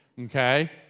okay